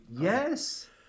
Yes